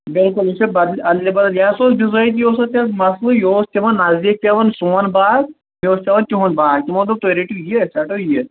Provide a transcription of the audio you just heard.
بالکُل یہِ چھُ بدلہ ادلہ بدلہ یہِ ہسا اوس بِزٲتی اوس اَتھ مسلہٕ یہِ اوس تمن نزدیٖک پیوان سون باغ مےٚ اوس پیوان تِہُند باغ تمو دوٚپ تُہی رٔٹیو یہِ أسۍ رَٹو یہِ